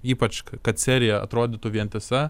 ypač kad serija atrodytų vientisa